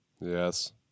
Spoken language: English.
Yes